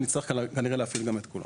נצטרך כנראה להפעיל את כולן.